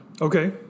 Okay